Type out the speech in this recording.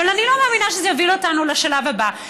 אבל אני לא מאמינה שזה יוביל אותנו לשלב הבא.